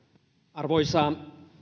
arvoisa